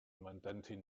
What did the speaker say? mandantin